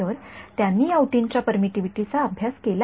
तर त्यांनी या ऊतींच्या परमिटिव्हिटीचा अभ्यास केला आहे